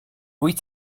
wyt